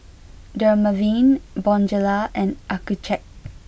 Dermaveen Bonjela and Accucheck